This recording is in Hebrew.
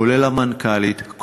כולל המנכ"לית,